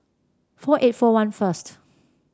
four eight four one first